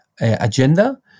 agenda